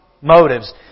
motives